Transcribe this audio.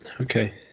okay